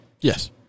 Yes